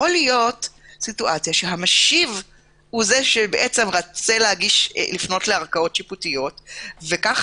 ייתכן שהמשיב רוצה לפנות לערכאות שיפוטיות וכך